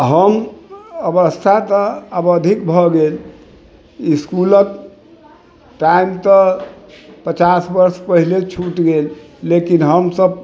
हम अवस्था तऽ आब अधिक भऽ गेल इसकुलक टाइम तऽ पचास वर्ष पहले छूट गेल लेकिन हम सभ